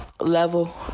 level